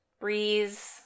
breeze